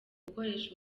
gukoresha